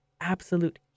absolute